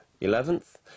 Eleventh